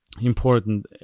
important